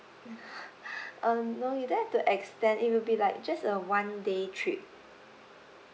um no you don't have to extend it will be like just a one day trip